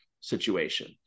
situation